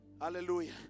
Hallelujah